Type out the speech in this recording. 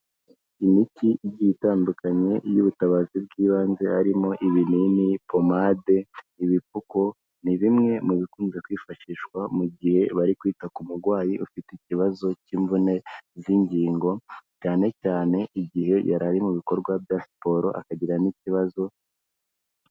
Imiti igiye itandukanye y'ubutabazi bw'ibanze harimo ibinini, pomade, ibipfuko, ni bimwe mu bikunze kwifashishwa mu gihe bari kwita ku murwayi ufite ikibazo cy'imvune z'ingingo, cyane cyane igihe yari ari mu bikorwa bya siporo akagiriramo ikibazo...